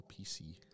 PC